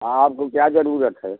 आपको क्या जरूरत है